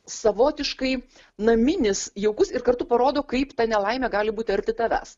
savotiškai naminis jaukus ir kartu parodo kaip ta nelaimė gali būti arti tavęs